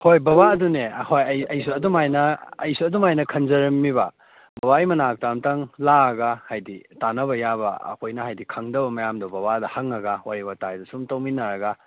ꯍꯣꯏ ꯕꯕꯥ ꯑꯗꯨꯅꯦ ꯍꯣꯏ ꯑꯩ ꯑꯩꯁꯨ ꯑꯗꯨꯃꯥꯏꯅ ꯑꯩꯁꯨ ꯑꯗꯨꯃꯥꯏꯅ ꯈꯟꯖꯔꯝꯃꯤꯕ ꯕꯕꯥꯒꯤ ꯃꯅꯥꯛꯇ ꯑꯝꯇꯪ ꯂꯥꯛꯑꯒ ꯍꯥꯏꯗꯤ ꯇꯥꯟꯅꯕ ꯌꯥꯕ ꯑꯩꯈꯣꯏꯅ ꯍꯥꯏꯗꯤ ꯈꯪꯗꯕ ꯃꯌꯥꯝꯗꯨ ꯕꯕꯥꯗ ꯍꯪꯪꯉꯒ ꯋꯥꯔꯤ ꯋꯥꯇꯥꯏꯗꯨ ꯁꯨꯝ ꯇꯧꯃꯤꯟꯅꯔꯒ